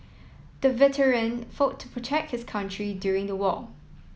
the veteran fought protect his country during the war